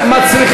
בשקט,